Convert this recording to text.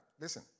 Listen